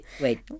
Wait